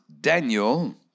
Daniel